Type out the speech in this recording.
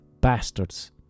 bastards